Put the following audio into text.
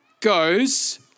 goes